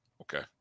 Okay